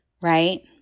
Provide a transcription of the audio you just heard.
Right